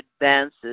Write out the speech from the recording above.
advances